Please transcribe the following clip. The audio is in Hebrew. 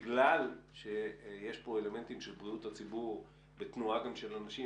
בגלל שיש פה אלמנטים של בריאות הציבור בתנועה גם של אנשים,